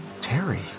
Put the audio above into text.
Terry